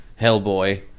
Hellboy